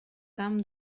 camp